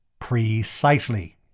Precisely